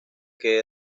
que